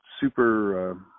super